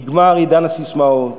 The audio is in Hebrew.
נגמר עידן הססמאות.